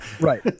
Right